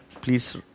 please